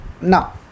now